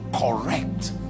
correct